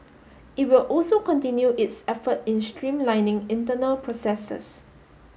it will also continue its effort in streamlining internal processes